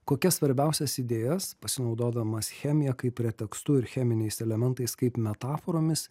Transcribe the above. kokias svarbiausias idėjas pasinaudodamas chemija kaip pretekstu ir cheminiais elementais kaip metaforomis